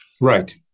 Right